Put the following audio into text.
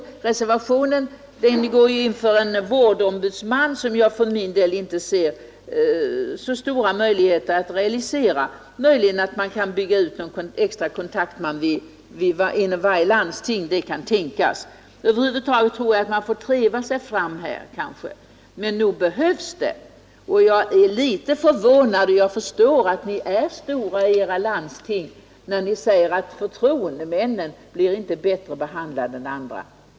I reservationen föreslås en vårdombudsman, något som jag för min del inte ser så stora möjligheter att realisera. Möjligen kan det tänkas en utbyggnad i form av en extra kontaktman inom varje landsting. Över huvud taget gäller kanske att man får treva sig fram på detta område. Men nog behövs det insatser. Jag blir något förvånad då sådana som jag förstår måste vara stora personer ute i sina landsting här säger att förtroendemännen inte blir bättre behandlade än andra.